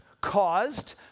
caused